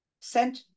sent